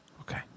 Okay